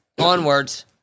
onwards